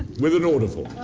with an order form.